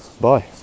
bye